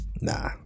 nah